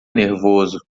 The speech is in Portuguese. nervoso